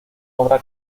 obra